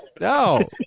No